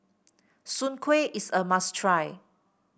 Soon Kueh is a must try